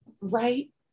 Right